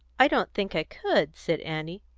i don't think i could, said annie.